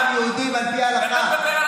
חבר הכנסת, מה היה עד 1994?